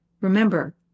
remember